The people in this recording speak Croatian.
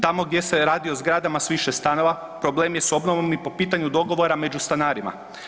Tamo gdje se radi o zgradama s više stanova, problem je s obnovom i po pitanju dogovora među stanarima.